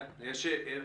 בוודאי.